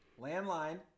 Landline